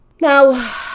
Now